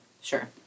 Sure